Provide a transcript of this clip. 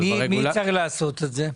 מי צריך לעשות את זה?